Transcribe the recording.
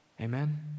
Amen